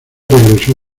regresó